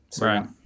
right